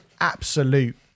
absolute